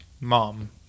Mom